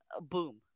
Boom